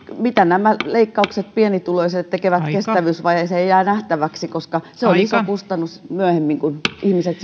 mitä nämä leikkaukset pienituloisille tekevät kestävyysvajeeseen jää nähtäväksi koska se on iso kustannus myöhemmin kun ihmiset